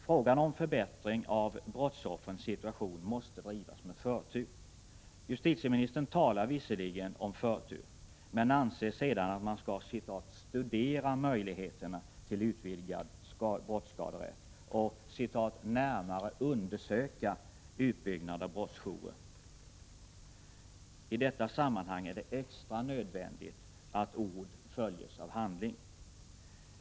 Frågan om förbättring av brottsoffrens situation måste drivas med förtur. Justitieministern talar visserligen om förtur, men anser sedan att man skall ”studera ” möjligheterna till utvidgad brottsskaderätt och ”närmare undersöka” utbyggnad av brottsjourer. I detta sammanhang är det extra nödvändigt att ord följs av handling.